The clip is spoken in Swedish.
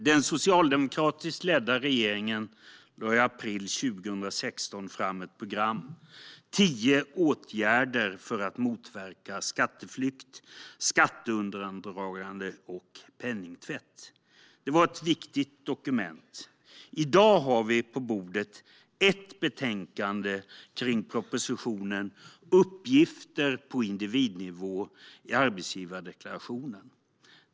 Den socialdemokratiskt ledda regeringen lade i april 2016 fram ett program - tio åtgärder för att motverka skatteflykt, skatteundandragande och penningtvätt. Det var ett viktigt dokument. I dag debatterar vi ett betänkande som behandlar propositionen Uppgifter på individnivå i arbetsgivardeklarationen .